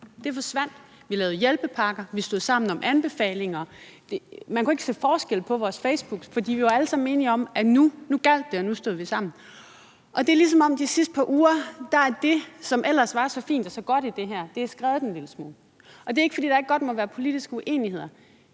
for, forsvandt. Vi lavede hjælpepakker, vi stod sammen om anbefalinger. Man kunne ikke se forskel på vores Facebooks, for vi var alle sammen enige om, at nu gjaldt det, og nu stod vi sammen. Det er, som om det, der ellers var så fint og godt i det her, er skredet en lille smule de sidste par uger. Det er ikke, fordi der ikke godt må være politiske uenigheder,